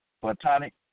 platonic